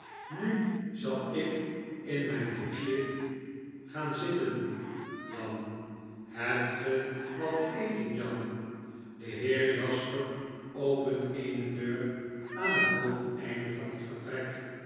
nu zal ik in myn hoekje gaan zitten jan hebt ge wat te eten jan de heer jasper opent eene deur aan het boveneinde van het vertrek